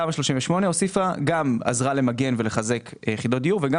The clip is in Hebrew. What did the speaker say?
תמ"א 38 עזרה למגן ולחזק יחידות דיור וגם